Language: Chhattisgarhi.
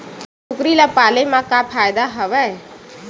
कुकरी ल पाले म का फ़ायदा हवय?